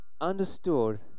understood